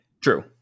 True